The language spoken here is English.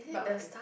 but okay